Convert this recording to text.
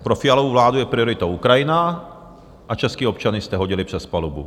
Pro Fialovu vládu je prioritou Ukrajina a české občany jste hodili přes palubu.